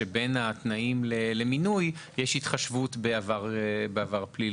שבין התנאים למינוי יש התחשבות בעבר פלילי.